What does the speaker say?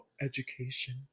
education